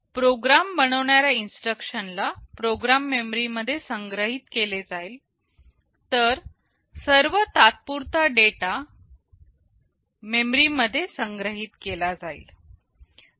programme बनवणाऱ्या instruction ला program memory मध्ये संग्रहीत केले जाईल तर सर्व तात्पुरता डेटा डेटा मेमरी मध्ये संग्रहित केला जाईल